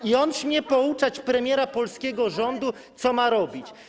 I on śmie pouczać premiera polskiego rządu, co ma robić?